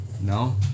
no